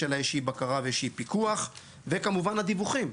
עליה איזו בקרה ופיקוח וכמובן לדיווחים.